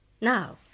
Now